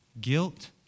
guilt